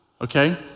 okay